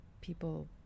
people